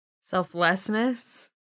Selflessness